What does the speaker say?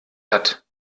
hat